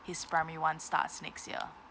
his primary one starts next year